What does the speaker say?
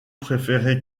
préférer